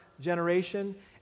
generation